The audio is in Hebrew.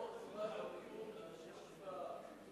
חבר הכנסת אלדד,